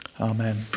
Amen